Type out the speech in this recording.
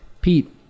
Pete